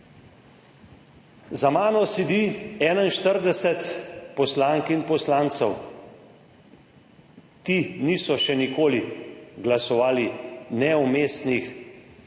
Za mano sedi 41 poslank in poslancev. Ti niso še nikoli glasovali ne o mestnih, ne